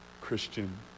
Christian